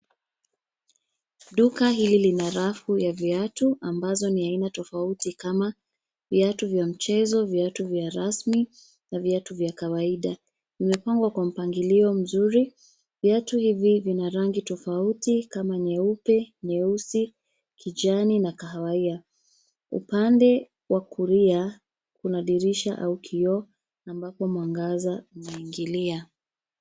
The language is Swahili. Duka hili lina rafu ya viatu ambazo ni aina tofauti kama viatu vya mchezo, viatu vya rasmi na viatu vya kawaida. Imepangwa kwa mpangilio mzuri. Viatu hivi vina rangi tofauti kama nyeupe, nyeusi, kijani na kahawia. Upande wa kulia, kuna dirisha au kioo ambapo mwangaza unaingilia.